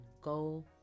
Go